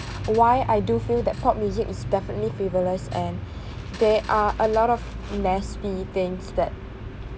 why I do feel that pop music is definitely frivolous and there are a lot of nasty things that